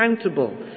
accountable